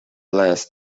last